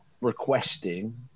requesting